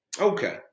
okay